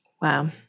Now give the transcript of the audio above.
Wow